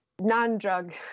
non-drug